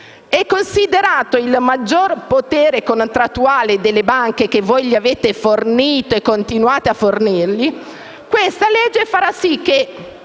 e considerato il maggior potere contrattuale delle banche, che voi avete fornito e continuate a fornire, questo provvedimento farà sì che